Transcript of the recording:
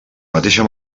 mateixa